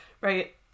right